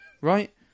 right